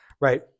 Right